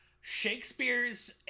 Shakespeare's